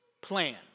plan